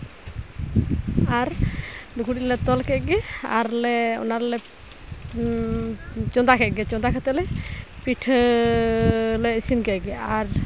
ᱟᱨ ᱞᱩᱜᱽᱲᱤᱡ ᱞᱮ ᱛᱚᱞ ᱠᱮᱫᱜᱮ ᱟᱨ ᱞᱮ ᱚᱱᱟ ᱨᱮᱞᱮ ᱪᱚᱸᱫᱟ ᱠᱮᱫᱜᱮ ᱪᱚᱸᱫᱟ ᱠᱟᱛᱮ ᱞᱮ ᱯᱤᱴᱷᱟᱹ ᱞᱮ ᱤᱥᱤᱱ ᱠᱮᱫ ᱜᱮ ᱟᱨ